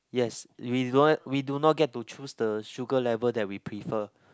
yes we do not we do not get to choose the sugar level that we prefer